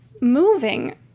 moving